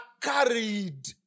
carried